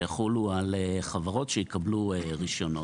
שיחולו על חברות שיקבלו רישיונות?